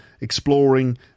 exploring